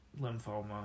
lymphoma